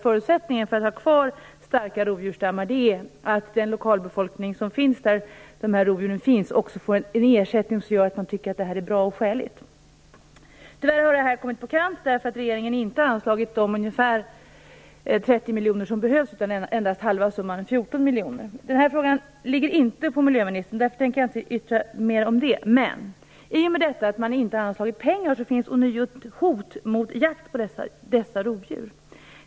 Förutsättningen för att ha kvar starka rovdjursstammar är ju att den lokalbefolkning som finns där rovdjuren finns också får en ersättning som gör att de tycker att det är bra och skäligt. Tyvärr har det här ställts på sin kant, genom att regeringen inte har anslagit de ungefär 30 miljoner kronor som behövs utan anslagit endast halva summan, 14 miljoner kronor. Ansvaret för den här frågan ligger inte på miljöministern, och därför tänker jag inte yttra mig mer om den. Men i och med detta att man inte har anslagit pengar finns det ånyo ett hot om jakt på dessa rovdjur.